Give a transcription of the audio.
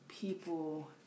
people